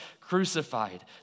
crucified